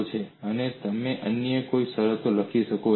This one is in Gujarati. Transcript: છે અને તમે કઈ અન્ય શરતો લખી શકો છો